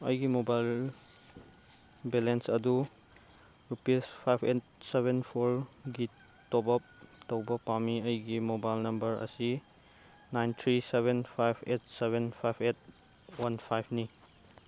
ꯑꯩꯒꯤ mobile balance ꯑꯗꯨ rupees five eight seven ꯐꯣꯔꯒꯤ ꯇꯣꯞ ꯑꯞ ꯇꯧꯕ ꯄꯥꯝꯃꯤ ꯑꯩꯒꯤ ꯃꯣꯕꯥꯏꯜ ꯅꯝꯕꯔ ꯑꯁꯤ nine three seven five eight seven five eight one ꯐꯥꯏꯚꯅꯤ